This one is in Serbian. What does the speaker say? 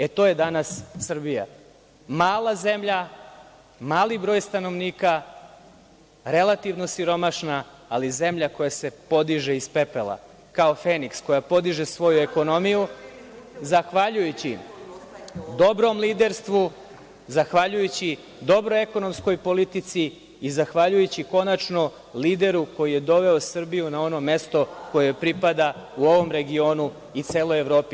E, to je danas Srbija, mala zemlja, mali broj stanovnika, relativno siromašna, ali zemlja koja se podiže iz pepela, kao feniks, koja podiže svoju ekonomiju zahvaljujući dobrom liderstvu, zahvaljujući dobroj ekonomskoj politici i zahvaljujući, konačno, lideru koji je doveo Srbiju na ono mesto koje joj pripada u ovom regionu i celoj Evropi.